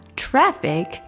traffic